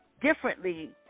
differently